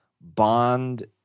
Bond